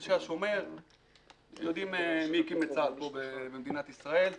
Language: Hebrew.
אנשי השומר יודעים את מי הקים את --- במדינת ישראל.